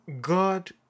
God